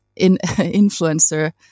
influencer